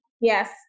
Yes